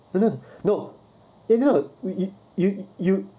and then no no no you you